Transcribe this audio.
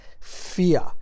fear